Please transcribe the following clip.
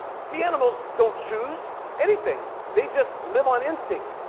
see animals don't choose anything. they just live on instinct.